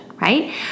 right